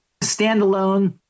standalone